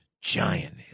giant